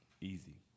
Easy